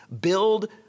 Build